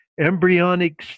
Embryonic